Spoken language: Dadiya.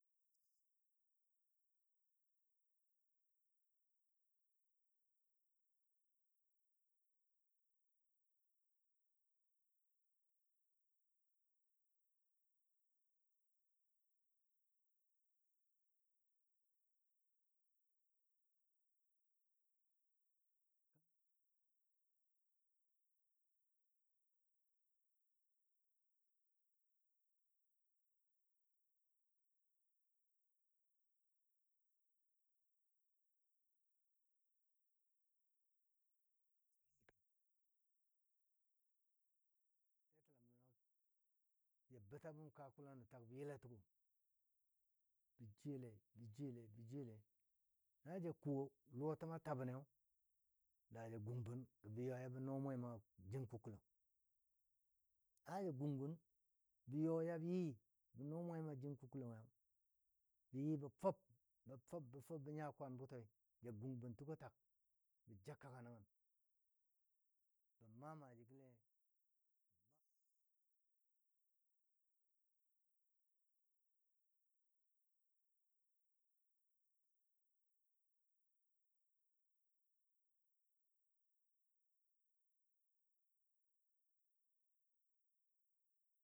Na bə yo kulo nə nyʊngi tetəlam bənɔ jʊ ja maalei ja bəta bəm kulano, ja bəta bəm kulano, ja bəta bəm kulo la ja təga bəm la bə wo kulantəno bə jwiyole, bəjwiyole bə jwiyole kandi na nuni kangəna kwami na jwiyo twamo ya tal alaje ni laja dəg jenne ji nəbni kangjeno kwambo jə tal jəbɔ kambi. Yilo tak tetəlam bəno dʊʊm bəno ja beta bəm kaa kulano tak bə tal təno bə jwiyole bəjwiyole bə jwiyole na ja kɔ luwa təma tabəni la ja gung bən gə bə ya yabə noo mwemo a ku kulong laja gun bən yabə yi yi bə noo mwemo a jing kukulongi bə yi bə fəb bə fəb bə fəb bə nya kwan bʊton ja gʊng bən təno tak bə ja kəka nənbə ma maaji gə le mi fəbtəmwo na ja kuwo kwama gɔ le lei ja suwa ban go sam nibə jəggi labə di səbə ta gola bə su a lɔ la bun be.